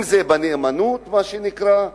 אם בנאמנות, מה שנקרא,